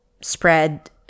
spread